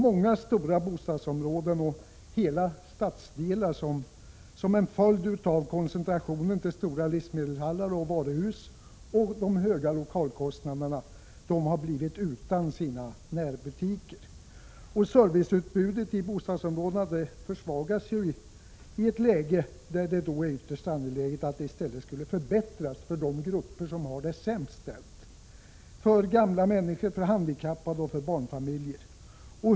Många stora bostadsområden — ja, hela stadsdelar — har som en följd av koncentrationen till stora livsmedelshallar och varuhus och de höga lokalkostnaderna blivit utan sina närbutiker. 111 Serviceutbudet i bostadsområdena försvagas därmed, i ett läge då det i stället är ytterst angeläget att utbudet förbättras för de grupper som har det sämst ställt — gamla människor, handikappade och barnfamiljer.